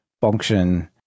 function